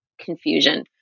confusion